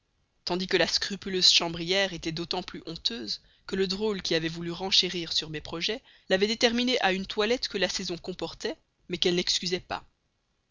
tandis que la scrupuleuse chambrière était d'autant plus honteuse que le drôle qui avait voulu renchérir sur mes projets l'avait déterminée à une toilette que la saison comportait mais qu'elle n'excusait pas